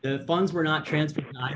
the bonds were not